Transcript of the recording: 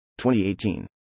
2018